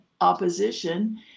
opposition